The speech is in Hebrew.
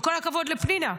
וכל הכבוד לפנינה.